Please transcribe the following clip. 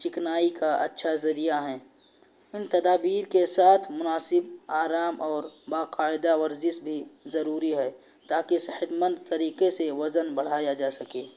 چکنائی کا اچھا ذریعہ ہیں ان تدابیر کے ساتھ مناسب آرام اور باقاعدہ ورزش بھی ضروری ہے تاکہ صحت مند طریقے سے وزن بڑھایا جا سکے